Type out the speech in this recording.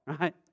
Right